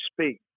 speak